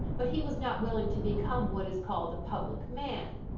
but he was not willing to become what is called a public man.